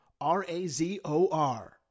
R-A-Z-O-R